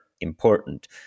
important